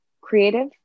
creative